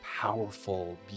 powerful